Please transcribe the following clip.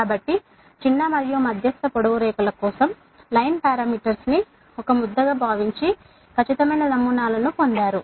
కాబట్టి చిన్న మరియు మధ్యస్థ పొడవు రేఖల కోసం పంక్తి పారామితులను ముద్దగా భావించి ఖచ్చితమైన నమూనాలను పొందారు